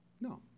No